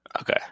Okay